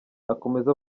akomeza